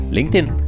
LinkedIn